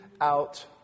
out